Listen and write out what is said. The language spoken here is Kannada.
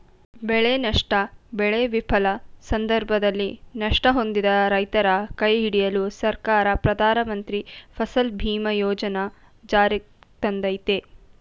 ಬೆಳೆನಷ್ಟ ಬೆಳೆ ವಿಫಲ ಸಂದರ್ಭದಲ್ಲಿ ನಷ್ಟ ಹೊಂದಿದ ರೈತರ ಕೈಹಿಡಿಯಲು ಸರ್ಕಾರ ಪ್ರಧಾನಮಂತ್ರಿ ಫಸಲ್ ಬಿಮಾ ಯೋಜನೆ ಜಾರಿಗ್ತಂದಯ್ತೆ